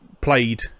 played